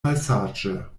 malsaĝe